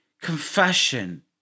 confession